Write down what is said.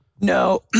No